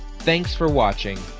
thanks for watching.